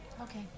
okay